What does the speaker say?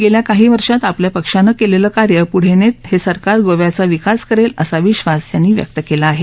गेल्या काही वर्षात आपल्या पक्षानं केलेलं कार्य पुढं नेत हे सरकार गोव्याचा विकास करेल असा विश्वासही त्यांनी व्यक्त केला आहे